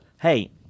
hey